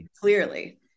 clearly